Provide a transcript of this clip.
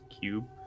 cube